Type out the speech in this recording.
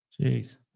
Jeez